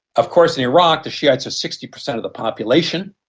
of course in iraq the shi'ites are sixty percent of the population.